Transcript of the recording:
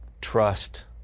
trust